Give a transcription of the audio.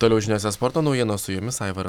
toliau žiniose sporto naujienos su jumis aivaras